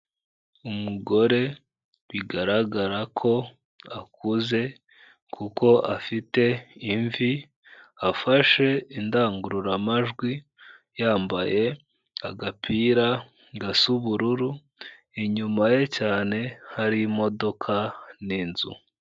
Umugore bigaragara ko akuze kuko afite imvi, afashe indangururamajwi, yambaye agapira gasa ubururu, inyuma ye cyane, hari imodoka n'inzu.